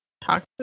talk